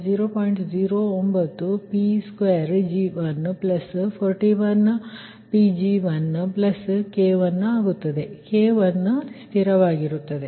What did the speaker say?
09 Pg1241 Pg1K1 ಆಗುತ್ತದೆ K1 ಸ್ಥಿರವಾಗಿರುತ್ತದೆ